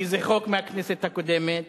כי זה חוק מהכנסת הקודמת,